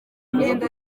imyenda